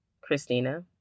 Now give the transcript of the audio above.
Christina